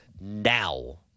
now